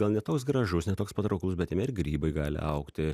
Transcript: gal ne toks gražus ne toks patrauklus bet jame ir grybai gali augti